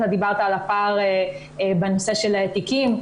אתה דיברת על הפער בנושא של תיקים,